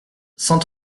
cent